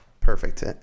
perfect